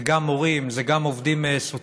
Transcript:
זה גם מורים, זה גם עובדים סוציאליים,